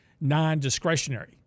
non-discretionary